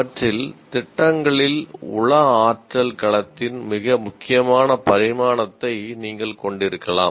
அவற்றில் திட்டங்களில் உள ஆற்றல் களத்தின் மிக முக்கியமான பரிமாணத்தை நீங்கள் கொண்டிருக்கலாம்